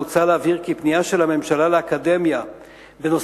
מוצע להבהיר כי פנייה של הממשלה אל האקדמיה בנושאים